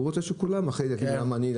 הוא רוצה שכולם אחרי זה יגידו למה אני,